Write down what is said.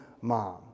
mom